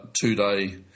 two-day